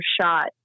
shot